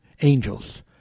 angels